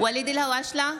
ואליד אלהואשלה,